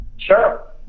Sure